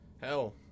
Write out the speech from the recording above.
Hell